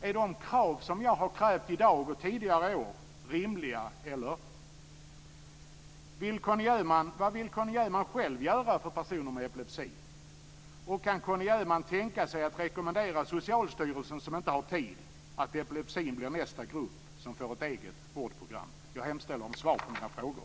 Är de krav som jag har ställt i dag och tidigare i år rimliga eller inte? Vad vill Conny Öhman själv göra för personer med epilepsi? Kan Conny Öhman tänka sig att rekommendera Socialstyrelsen, som inte har tid, att epileptikerna blir nästa grupp som får ett eget vårdprogram? Jag hemställer om svar på mina frågor.